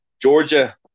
Georgia